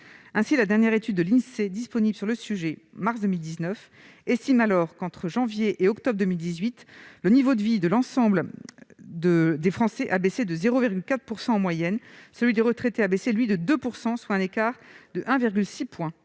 Ainsi, la dernière étude de l'Insee disponible sur ce sujet, qui date de mars 2019, estime que, alors qu'entre janvier et octobre 2018 le niveau de vie de l'ensemble des Français a baissé de 0,4 % en moyenne, celui des retraités a baissé, lui, de 2 %, soit un écart de 1,6 point.